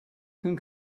can